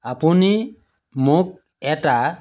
আপুনি মোক এটা